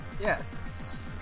Yes